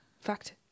Fact